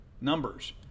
numbers